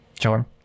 Sure